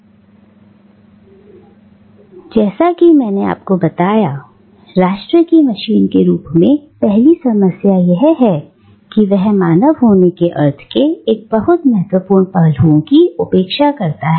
इसलिए जैसा कि मैंने आपको बताया राष्ट्र की मशीन के रूप में पहली समस्या यह है कि वह मानव होने के अर्थ के एक बहुत महत्वपूर्ण पहलुओं की उपेक्षा करता है